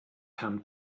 herrn